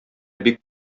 бик